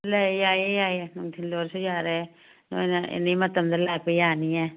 ꯌꯥꯏꯌꯦ ꯌꯥꯏꯌꯦ ꯅꯨꯡꯊꯤꯜ ꯑꯣꯏꯔꯁꯨ ꯌꯥꯔꯦ ꯅꯣꯏꯅ ꯑꯦꯅꯤ ꯃꯇꯝꯗ ꯂꯥꯛꯄ ꯌꯥꯅꯤꯌꯦ